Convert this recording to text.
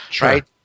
right